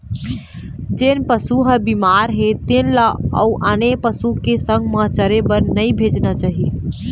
जेन पशु ह बिमार हे तेन ल अउ आने पशु के संग म चरे बर नइ भेजना चाही